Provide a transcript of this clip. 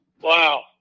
Wow